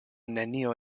nenio